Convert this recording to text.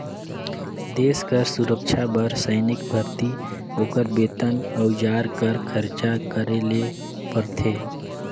देस कर सुरक्छा बर सैनिक भरती, ओकर बेतन, अउजार कर खरचा करे ले परथे